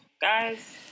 Guys